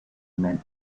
men